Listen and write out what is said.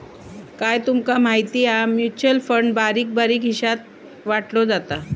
काय तूमका माहिती हा? म्युचल फंड बारीक बारीक हिशात वाटलो जाता